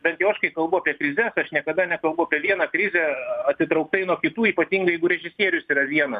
bent jau aš kai kalbu apie krizes aš niekada nekalbu apie vieną krizę atitrauktai nuo kitų ypatingai jeigu režisierius yra vienas